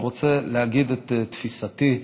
אני רוצה להגיד מה תפיסתי,